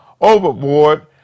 overboard